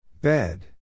Bed